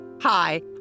Hi